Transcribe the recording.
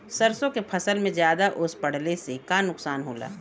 सरसों के फसल मे ज्यादा ओस पड़ले से का नुकसान होला?